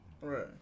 Right